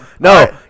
No